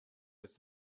was